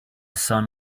sun